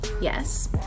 yes